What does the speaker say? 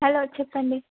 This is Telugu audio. హలో చెప్పండి